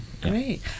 Great